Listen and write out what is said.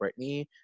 Britney